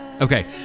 Okay